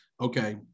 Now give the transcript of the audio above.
Okay